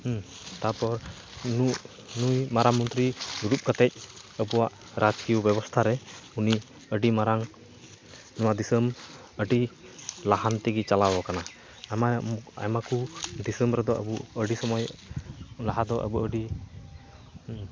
ᱦᱮᱸ ᱛᱟᱯᱚᱨ ᱱᱩᱭ ᱱᱩᱭ ᱢᱟᱨᱟᱝ ᱢᱚᱱᱛᱨᱤ ᱫᱩᱲᱩᱵ ᱠᱟᱛᱮᱫ ᱟᱵᱚᱣᱟᱜ ᱨᱟᱡᱽᱠᱤᱭᱚ ᱵᱮᱵᱚᱥᱛᱟᱨᱮ ᱩᱱᱤ ᱟᱹᱰᱤ ᱢᱟᱨᱟᱝ ᱱᱚᱣᱟ ᱫᱤᱥᱚᱢ ᱟᱹᱰᱤ ᱞᱟᱦᱟᱱᱛᱤᱜᱮ ᱪᱟᱞᱟᱣ ᱟᱠᱟᱱᱟ ᱟᱭᱢᱟ ᱟᱭᱢᱟ ᱠᱚ ᱫᱤᱥᱚᱢ ᱨᱮᱫᱚ ᱟᱵᱚ ᱟᱹᱰᱤ ᱥᱚᱢᱚᱭ ᱞᱟᱦᱟᱫᱚ ᱟᱵᱚ ᱟᱹᱰᱤ